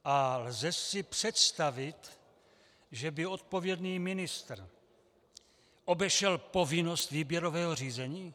A lze si představit, že by odpovědný ministr obešel povinnost výběrového řízení?